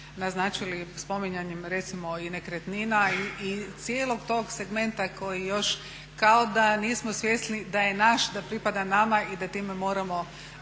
naznačili spominjanjem recimo i nekretnina i cijelog tog segmenta koji još kao da nismo svjesni da je naš, da pripada nama i da time moramo